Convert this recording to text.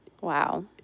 Wow